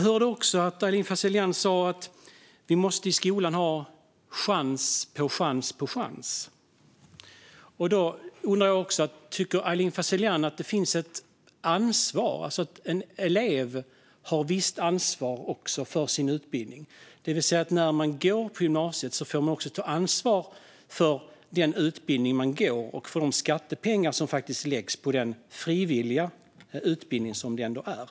Aylin Fazelian sa också att skolan måste ge chans på chans på chans. Då undrar jag: Tycker Aylin Fazelian att en elev också har ett visst ansvar för sin utbildning, det vill säga att när man går på gymnasiet får man också ta ansvar för den utbildning man går och för de skattepengar som faktiskt läggs på den frivilliga utbildning som det ändå är?